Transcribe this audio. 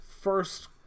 first